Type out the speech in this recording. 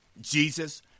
Jesus